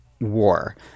war